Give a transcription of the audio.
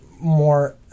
more